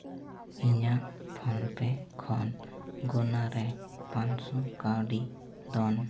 ᱤᱧᱟᱹᱜ ᱯᱷᱳᱱᱯᱮ ᱠᱷᱚᱱ ᱜᱩᱱᱟᱹ ᱨᱮ ᱯᱟᱸᱪᱥᱚ ᱠᱟᱹᱣᱰᱤ ᱫᱚᱱ